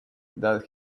that